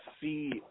see